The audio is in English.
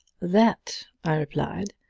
that, i replied,